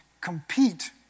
compete